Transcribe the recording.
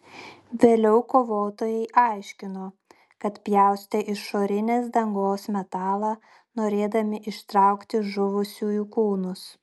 vėliau kovotojai aiškino kad pjaustė išorinės dangos metalą norėdami ištraukti žuvusiųjų kūnus